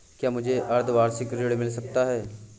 क्या मुझे अर्धवार्षिक ऋण मिल सकता है?